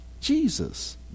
Jesus